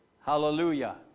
Hallelujah